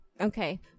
Okay